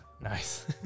Nice